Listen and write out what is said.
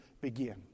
begin